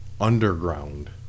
underground